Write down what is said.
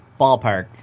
ballpark